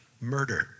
murder